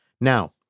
Now